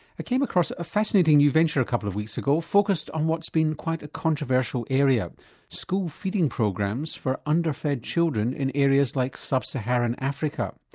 came across a fascinating new venture a couple of weeks ago focused on what's been quite a controversial area school feeding programs for underfed children in areas like sub-saharan africa.